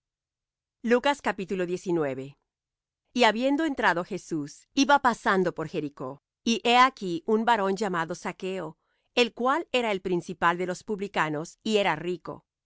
dios alabanza y habiendo entrado jesús iba pasando por jericó y he aquí un varón llamado zaqueo el cual era el principal de los publicanos y era rico